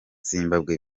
zimbabwe